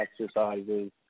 exercises